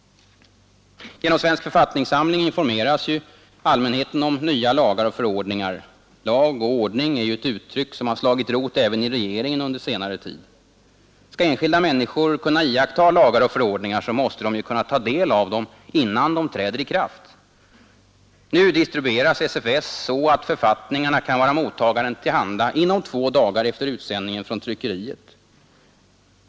Genom Svensk författningssamling informeras allmänheten om nya lagar och förordningar. Lag och ordning är ju ett uttryck som har slagit rot även i regeringen under senare tid. Skall enskilda människor kunna iaktta lagar och förordningar måste de ju kunna ta del av dem innan de träder i kraft. Nu distribueras SFS så att författningarna kan vara mottagaren till handa inom två dagar efter utsändningen från tryckeriet.